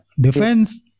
Defense